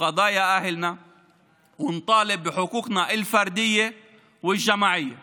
ולפתרון בעיותיהם ונדרוש את זכויות הפרט והקולקטיב שלנו.